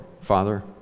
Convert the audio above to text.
Father